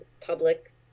public